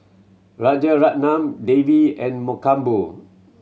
Rajaratnam Devi and Mankombu